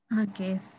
Okay